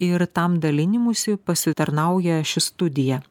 ir tam dalinimuisi pasitarnauja ši studija